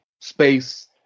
Space